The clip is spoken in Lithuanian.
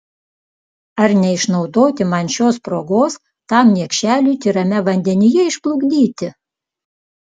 ar neišnaudoti man šios progos tam niekšeliui tyrame vandenyje išplukdyti